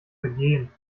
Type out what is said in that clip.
vergehen